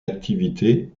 activité